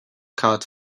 caught